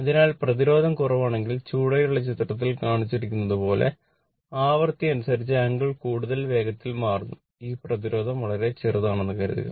അതിനാൽ പ്രതിരോധം കുറവാണെങ്കിൽ ചുവടെയുള്ള ചിത്രത്തിൽ കാണിച്ചിരിക്കുന്നതുപോലെ ആവൃത്തി അനുസരിച്ചു ആംഗിൾ കൂടുതൽ വേഗത്തിൽ മാറുന്നു ഈ പ്രതിരോധം വളരെ ചെറുതാണെന്ന് കരുതുക